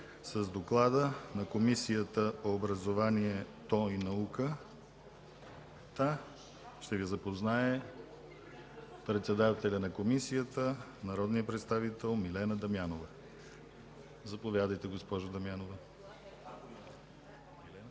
С доклада на Комисията по образованието и науката ще ни запознае нейният председател народният представител Милена Дамянова. Заповядайте, госпожо Дамянова.